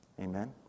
Amen